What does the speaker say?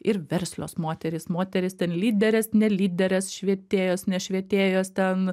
ir verslios moterys moterys ten lyderės ne lyderės švietėjos ne švietėjos ten